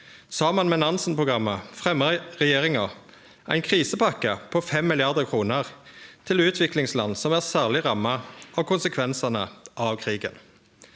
Saman med Nansen-programmet fremja regjeringa ein krisepakke på 5 mrd. kr til utviklingsland som er særleg ramma av konsekvensane av krigen.